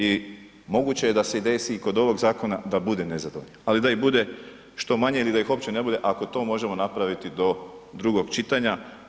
I moguće je da se desi i kod ovog zakona da bude nezadovoljnih, ali da ih bude što manje ili da ih uopće ne bude ako to možemo napraviti do drugog čitanja.